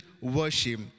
worship